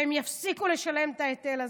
והם יפסיקו לשלם את ההיטל הזה.